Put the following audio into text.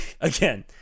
again